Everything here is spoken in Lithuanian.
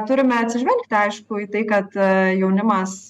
turime atsižvelgti aišku į tai kad a jaunimas